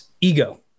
ego